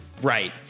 Right